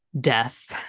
death